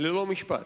ללא משפט.